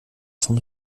vom